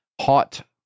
Hot